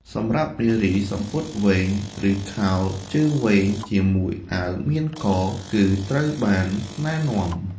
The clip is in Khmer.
សម្រាប់នារី សំពត់វែង ឬខោជើងវែងជាមួយអាវមានក គឺត្រូវបានណែនាំ។